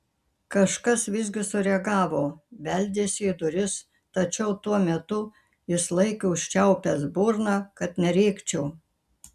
kažkas visgi sureagavo beldėsi į duris tačiau tuo metu jis laikė užčiaupęs burną kad nerėkčiau